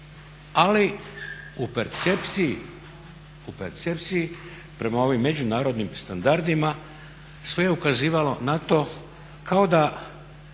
ali u percepciji prema ovim međunarodnim standardima sve je ukazivalo na to kao da